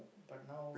but now